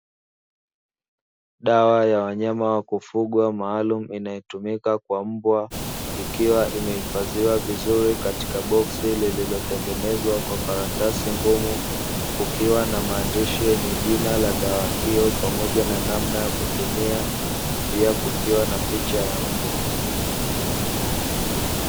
Dawa ya wanyama wa kufugwa maalumu inayotumika kwa mbwa, ikiwa imehifadhiwa vizuri katika boksi lililotengenezwa kwa karatasi ngumu kukiwa na maandishi yenye jina la dawa hiyo pamoja na namna ya kutumia pia kukiwa na picha ya mbwa.